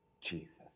Jesus